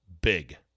big